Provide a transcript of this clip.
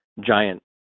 giant